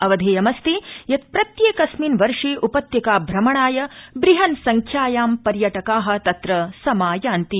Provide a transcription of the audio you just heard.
अधेयमस्ति यत प्रत्येकस्मिन् वर्षे उपत्यकाभ्रमणाय बृहन्संख्यायां पर्यटका तत्र समायान्ति